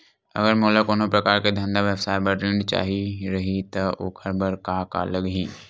अगर मोला कोनो प्रकार के धंधा व्यवसाय पर ऋण चाही रहि त ओखर बर का का लगही?